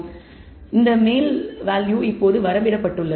எனவே இந்த மேல் வேல்யூ இப்போது வரம்பிடப்பட்டுள்ளது